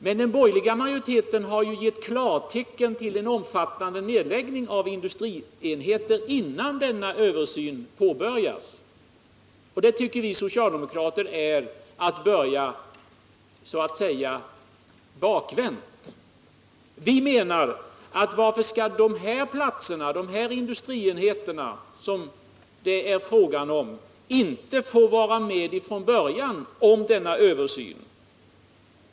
Men den borgerliga majoriteten har gett klartecken för en omfattande nedläggning av industrienheter innan denna översyn påbörjats, och det tycker vi socialdemokrater är att börja bakvänt. Vi frågar varför de här industrienheterna inte skall få vara med om denna översyn från början.